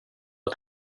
att